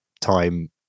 time